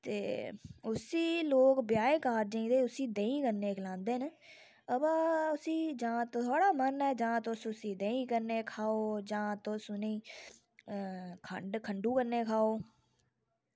ते उस्सी लोक ब्याहें कारजें च ते उस्सी देहीं कन्नै खलांदे न हां वा उस्सी जां थोआड़ा मन ऐ जां तुस उस्सी देहीं कन्नै खाओ ते जां तुस उनें खंड खंडू कन्नै खाओ